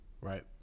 Right